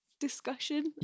discussion